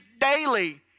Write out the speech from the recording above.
daily